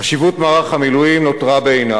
חשיבות מערך המילואים נותרה בעינה,